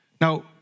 Now